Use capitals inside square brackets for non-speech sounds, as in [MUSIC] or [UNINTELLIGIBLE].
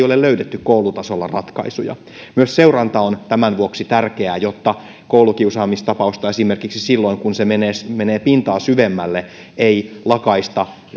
[UNINTELLIGIBLE] ole löydetty koulutasolla ratkaisuja myös seuranta on tämän vuoksi tärkeää jotta koulukiusaamistapausta esimerkiksi silloin kun se menee se menee pintaa syvemmälle ei